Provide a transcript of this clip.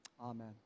Amen